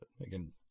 again